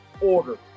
order